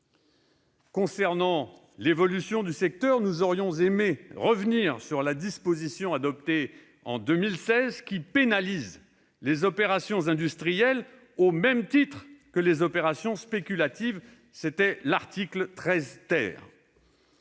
Concernant l'évolution du secteur, nous aurions aimé revenir, à l'article 13 , sur la disposition adoptée en 2016, qui pénalise les opérations industrielles au même titre que les opérations spéculatives. Nous regrettons également